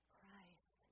Christ